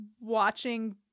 watching